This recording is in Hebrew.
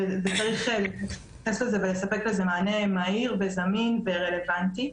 וצריך לספק לזה מענה מהיר, זמין ורלוונטי.